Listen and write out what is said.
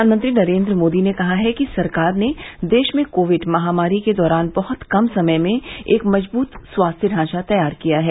प्रधानमंत्री नरेंद्र मोदी ने कहा कि सरकार ने देश में कोविड महामारी के दौरान बहुत कम समय में एक मजबूत स्वास्थ्य ढांचा तैयार किया है